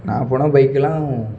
நான் போன பைக்கெல்லாம்